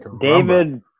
David